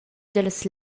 dallas